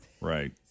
Right